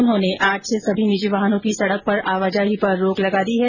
उन्होंने आज से सभी निजी वाहनों की सड़क पर आवाजाही पर रोक लगा दी है